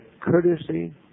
courtesy